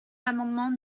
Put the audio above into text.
l’amendement